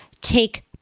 take